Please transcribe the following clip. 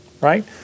right